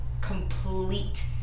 complete